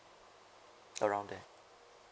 around there